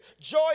joy